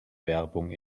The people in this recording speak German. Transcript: werbung